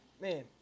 Man